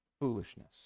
foolishness